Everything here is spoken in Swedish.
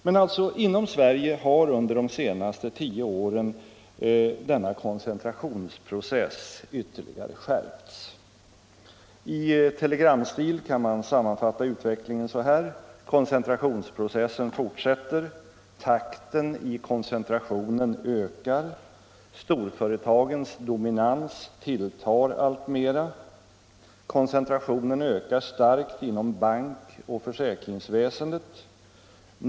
Under de senaste tio åren har inom Sverige denna koncentrationsprocess ytterligare skärpts. I telegramstil kan man sammanfatta utvecklingen så här: Koncentrationsprocessen fortsätter. Takten i koncentrationen ökar. Storföretagens dominans tilltar alltmera. Koncentrationen ökar starkt inom bankoch försäkringsväsendet.